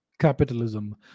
capitalism